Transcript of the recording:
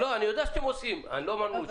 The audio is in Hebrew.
אני יודע שאתם עושים, לא אמרנו שלא עושים.